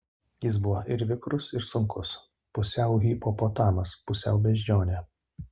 jis buvo ir vikrus ir sunkus pusiau hipopotamas pusiau beždžionė